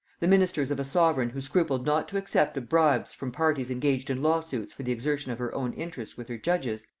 the ministers of a sovereign who scrupled not to accept of bribes from parties engaged in law-suits for the exertion of her own interest with her judges,